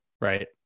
right